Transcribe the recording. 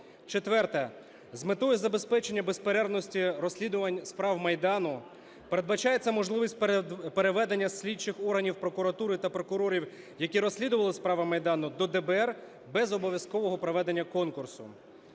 Четверте. З метою забезпечення безперервності розслідувань справ Майдану передбачається можливість переведення слідчих органів прокуратури та прокурорів, які розслідували справи Майдану, до ДБР без обов'язкового проведення конкурсу.